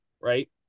right